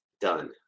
done